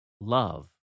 love